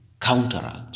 counteract